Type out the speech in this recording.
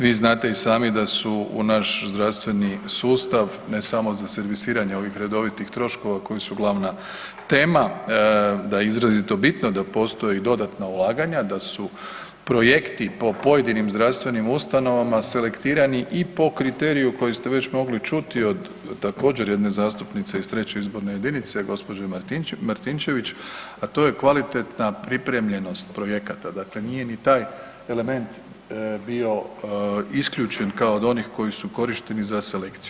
Vi znate i sami da su u naš zdravstveni sustav, ne samo za servisiranje ovih redovitih troškova koji su glavna tema, da je izrazito bitno da postoje i dodatna ulaganja, da su projekti po pojedinim zdravstvenim ustanovama selektirani i po kriteriju koji ste već mogli čuti od također jedne zastupnice iz III. izborne jedinice gđe. Martinčević, a to je kvalitetna pripremljenost projekata, dakle nije ni taj element bio isključen kao od onih koji su korišteni za selekciju.